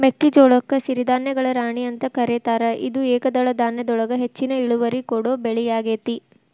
ಮೆಕ್ಕಿಜೋಳಕ್ಕ ಸಿರಿಧಾನ್ಯಗಳ ರಾಣಿ ಅಂತ ಕರೇತಾರ, ಇದು ಏಕದಳ ಧಾನ್ಯದೊಳಗ ಹೆಚ್ಚಿನ ಇಳುವರಿ ಕೊಡೋ ಬೆಳಿಯಾಗೇತಿ